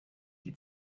die